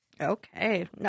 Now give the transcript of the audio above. Okay